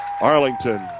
Arlington